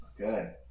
okay